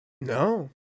No